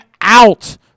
out